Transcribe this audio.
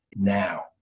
now